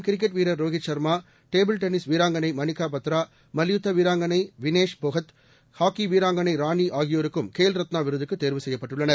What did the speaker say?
cricket வீரர் Rohit Sharma table tennis வீராங்கனை மாணிக்கா பத்ரா மேலும் மல்யுத்த வீராங்கனை வினேஷ் போகத் ஹாக்கி வீராங்கனை ராணி ஆகியோரும் கேல் ரத்னா விருதுக்கு தேர்வு செய்யப்பட்டுள்ளனர்